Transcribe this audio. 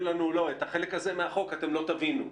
לנו "את החלק הזה מהחוק אתם לא תבינו".